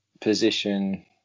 position